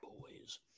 boys